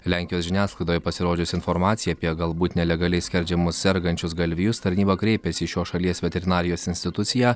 lenkijos žiniasklaidoje pasirodžius informacijai apie galbūt nelegaliai skerdžiamus sergančius galvijus tarnyba kreipėsi į šios šalies veterinarijos instituciją